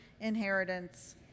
inheritance